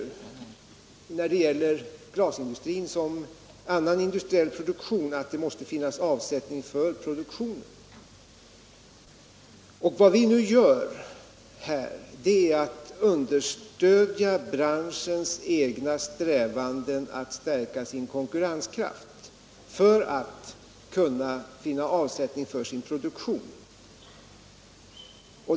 Problemet för glasindustrin liksom för annan industriell produktion är att man måste finna avsättning för produktionen. Vad vi nu gör är att vi understöder branschens egna strävanden att stärka sin konkurrenskraft för att finna avsättning för sin produktion.